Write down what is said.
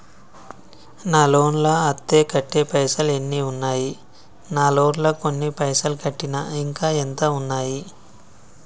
నా లోన్ లా అత్తే కట్టే పైసల్ ఎన్ని ఉన్నాయి నా లోన్ లా కొన్ని పైసల్ కట్టిన ఇంకా ఎంత ఉన్నాయి?